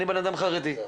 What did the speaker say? ואני אדם חרדי,